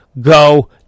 go